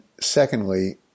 secondly